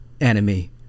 enemy